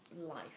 life